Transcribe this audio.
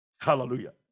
hallelujah